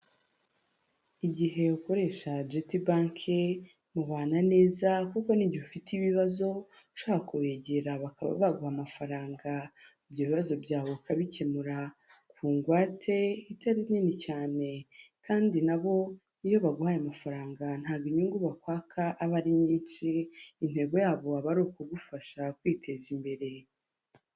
Igihe ukoresha jeti banki mubana neza kuko niigi ufite ibibazo ushaka kubigera bakaba baguha amafaranga ibyo bibazo byawe ukabikemura ku ngwate itari nini cyane kandi nabo iyo baguhaye amafaranga ntabwo inyungu bakwaka iba ari nyinshi intego yabo waba ari ukugufasha kwiteza imbere.